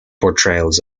portrayals